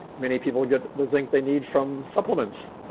many people get the zinc they need from supplements.